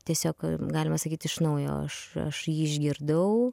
tiesiog galima sakyt iš naujo aš aš jį išgirdau